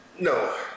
No